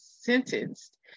sentenced